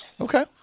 Okay